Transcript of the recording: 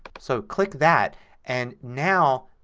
so click that and now,